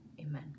amen